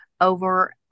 over